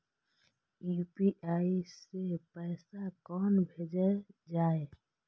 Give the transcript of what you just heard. UPI सै पैसा कोना भैजल जाय?